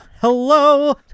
Hello